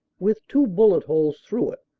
with two bullet holes through it.